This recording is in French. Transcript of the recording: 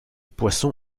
poisson